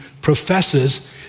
professes